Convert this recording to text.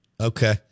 Okay